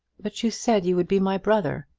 but you said you would be my brother.